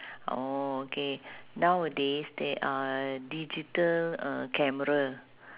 oh okay nowadays there are digital uh camera